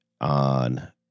on